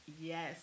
Yes